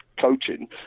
coaching